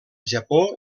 japó